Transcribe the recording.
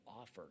offer